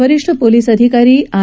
वरिष्ठ पोलीस अधिकारी आर